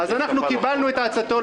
אז קבלנו את עצתו,